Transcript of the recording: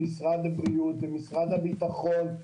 משרד הבריאות ומשרד הביטחון,